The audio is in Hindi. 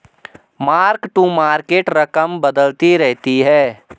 मार्क टू मार्केट रकम बदलती रहती है